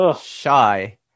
Shy